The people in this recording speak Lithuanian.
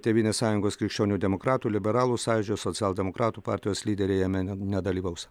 tėvynės sąjungos krikščionių demokratų liberalų sąjūdžio socialdemokratų partijos lyderiai jame ne nedalyvaus